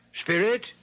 spirit